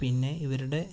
പിന്നെ ഇവരുടെ